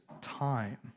time